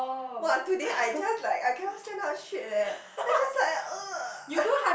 !wah! today I just like I cannot stand up straight leh I just like